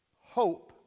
Hope